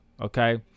Okay